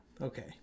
okay